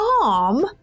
arm